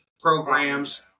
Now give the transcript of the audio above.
programs